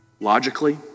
Logically